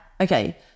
Okay